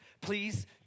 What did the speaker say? please